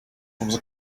from